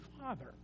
father